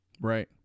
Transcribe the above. Right